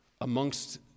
amongst